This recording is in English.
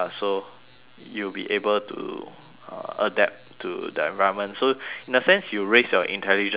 you'll be able to uh adapt to the environment so in a sense you raise your intelligence level